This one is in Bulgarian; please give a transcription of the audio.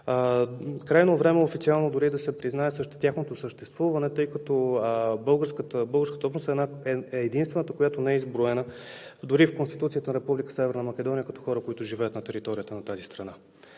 Крайно време е официално дори да се признае също тяхното съществуване, тъй като българската общност е единствената, която не е изброена дори в Конституцията на Република Северна Македония като хора, които живеят на територията на тази страна.